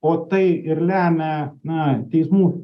o tai ir lemia na teismų